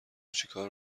چیکار